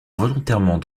volontairement